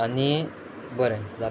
आनी बरें जालें